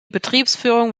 betriebsführung